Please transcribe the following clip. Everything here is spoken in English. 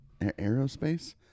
aerospace